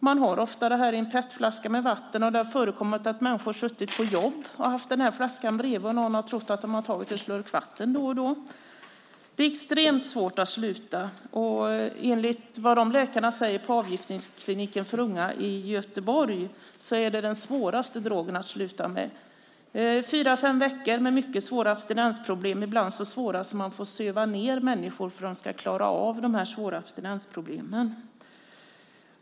Man har ofta drogen i en petflaska med vatten. Det har förekommit att man har suttit på sitt jobb och haft flaskan bredvid sig, och någon har trott att de har tagit en slurk vatten då och då. Det är extremt svårt att sluta med drogen. Enligt läkarna på avgiftningskliniken för unga i Göteborg är det den drog som det är svårast att sluta med. Det är fyra fem veckor med mycket svåra abstinensproblem, ibland så svåra att man får söva ned människor för att de ska klara av de svåra abstinensproblemen.